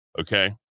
okay